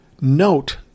note